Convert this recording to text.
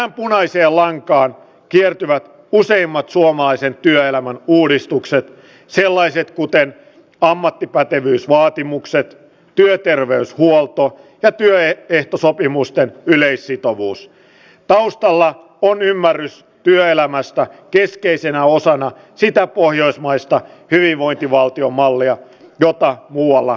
apulaisia lainkaan kiertyvä useimmat suomalaisen työelämän uudistukset sellaiset kuten ammattipätevyysvaatimukset työterveyshuoltoa ja työ ehtosopimusten yleissitovuus on taustalla on ymmärrys työelämästä keskeisenä osana siitä pohjoismaista hyvinvointivaltiomallia jota muualla